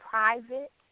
Private